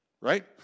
right